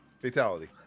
Fatality